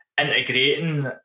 integrating